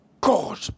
God